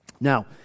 Now